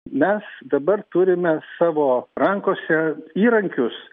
mes dabar turime savo rankose įrankius